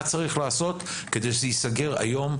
מה צריך לעשות כדי שזה ייסגר היום,